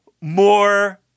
more